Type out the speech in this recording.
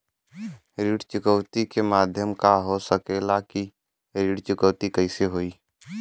ऋण चुकौती के माध्यम का हो सकेला कि ऋण चुकौती कईसे होई?